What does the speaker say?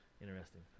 Interesting